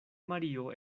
mario